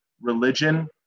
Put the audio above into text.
religion